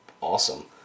awesome